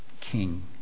king